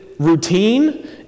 routine